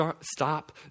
stop